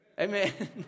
Amen